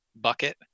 bucket